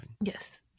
yes